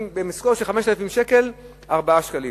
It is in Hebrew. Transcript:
במשכורת של 5,000 שקל, 4 שקלים.